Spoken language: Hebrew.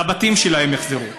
לבתים שלהם יחזרו,